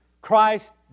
Christ